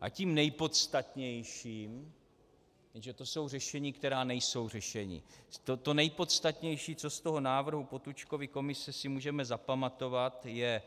A tím nejpodstatnějším, jenže to jsou řešení, která nejsou řešením, to nejpodstatnější, co z toho návrhu Potůčkovy komise si můžeme zapamatovat, je